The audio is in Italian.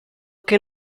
che